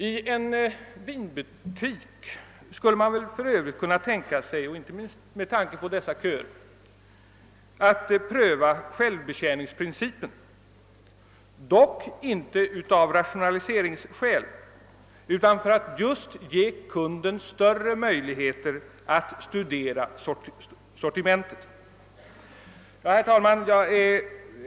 — I en vinbutik skulle man väl för övrigt kunna tänka sig att pröva självbetjäningsprincipen, dock inte av rationaliseringsskäl utan för att ge kunden större möjligheter att studera sortimentet. Herr talman!